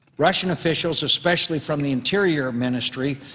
russian officials, especially from the interior ministry,